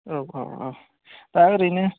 औ औ औ दा ओरैनो